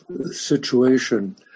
situation